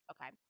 okay